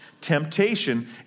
temptation